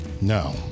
No